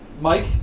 Mike